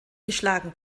geschlagen